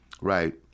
Right